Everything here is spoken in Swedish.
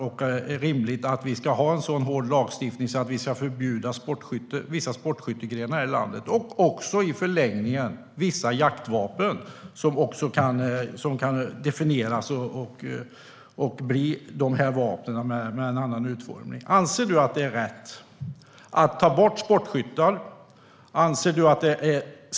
Är det rimligt att det ska vara en så hård lagstiftning att vissa sportskyttegrenar måste förbjudas och i förlängningen vissa jaktvapen som kan definieras om till dessa vapen? Anser Emma Nohrén att det är rätt att avskaffa sportskytte?